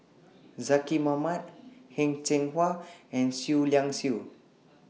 Zaqy Mohamad Heng Cheng Hwa and Seah Liang Seah